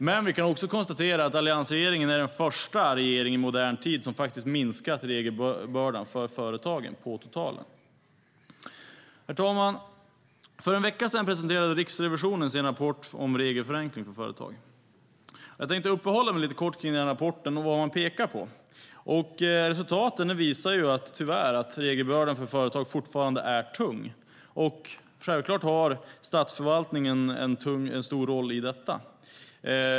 Men vi kan konstatera att alliansregeringen är den första regering i modern tid som faktiskt har minskat regelbördan för företagen på totalen. Herr talman! För en vecka sedan presenterade Riksrevisionen sin rapport om regelförenkling för företag. Jag tänkte uppehålla mig lite kort kring den rapporten och vad man pekar på. Resultaten visar tyvärr att regelbördan för företag fortfarande är tung. Självklart har statsförvaltningen en stor roll i detta.